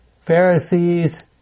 Pharisees